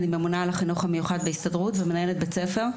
אני ממונה על החינוך המיוחד בהסתדרות ומנהלת בית ספר.